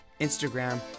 Instagram